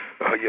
Yes